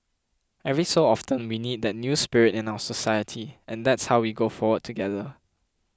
every so often we need that new spirit in our society and that how we go forward together